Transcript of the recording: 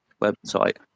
website